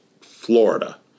Florida